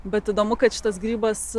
bet įdomu kad šitas grybas